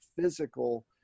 physical